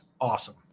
awesome